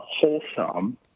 wholesome